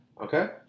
okay